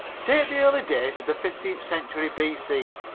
take the early days of the fifteenth century b c